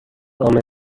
امنه